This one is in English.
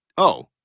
oh.